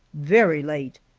very late.